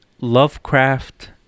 Lovecraft